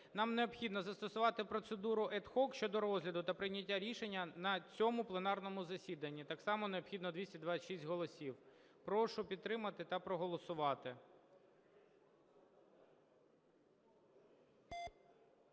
нам необхідно застосувати процедуру ad hoc щодо розгляду та прийняття рішення на цьому пленарному засіданні. Так само необхідно 226 голосів. Прошу підтримати та проголосувати.